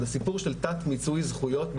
זה סיפור של תת מיצוי זכויות,